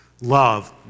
Love